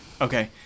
Okay